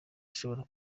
ushobora